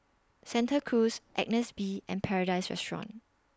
Santa Cruz Agnes B and Paradise Restaurant